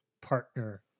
partner